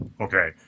Okay